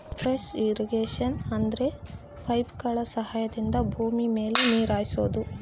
surface irrigation ಅಂದ್ರೆ ಪೈಪ್ಗಳ ಸಹಾಯದಿಂದ ಭೂಮಿ ಮೇಲೆ ನೀರ್ ಹರಿಸೋದು